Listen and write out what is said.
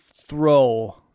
throw